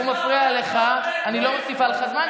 הוא מפריע לך, אני לא מוסיפה לך זמן.